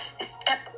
step